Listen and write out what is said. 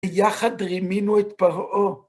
יחד רימינו את פרעה.